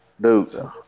Dude